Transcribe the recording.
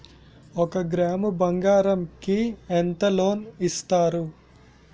ఒక గ్రాము బంగారం కి ఎంత లోన్ ఇస్తారు?